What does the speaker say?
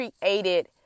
created